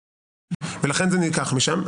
ולכן זה נלקח משם.